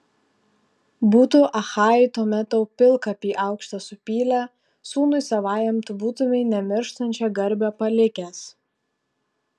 būtų achajai tuomet tau pilkapį aukštą supylę sūnui savajam tu būtumei nemirštančią garbę palikęs